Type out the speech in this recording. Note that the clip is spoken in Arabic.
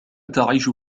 تعيش